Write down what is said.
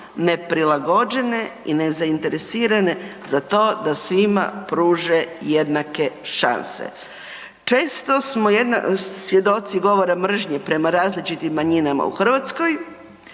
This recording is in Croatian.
neprilagođene i nezainteresirane za to da svima pruže jednake šanse. Često smo svjedoci govora mržnje prema različitim manjinama u Hrvatskoj,